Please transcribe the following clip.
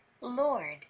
Lord